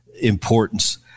importance